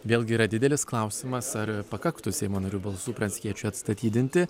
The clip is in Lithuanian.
vėlgi yra didelis klausimas ar pakaktų seimo narių balsų pranckiečiui atstatydinti